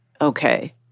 okay